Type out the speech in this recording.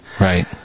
Right